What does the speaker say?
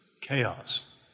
chaos